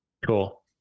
Cool